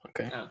okay